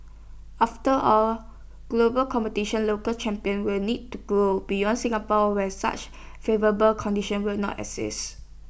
after all global competition local champions will need to grow beyond Singapore where such favourable conditions will not exists